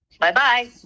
Bye-bye